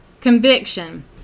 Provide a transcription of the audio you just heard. conviction